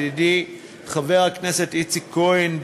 ידידי חבר הכנסת איציק כהן,